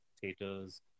theaters